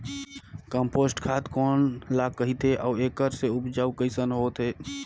Compost खाद कौन ल कहिथे अउ एखर से उपजाऊ कैसन होत हे?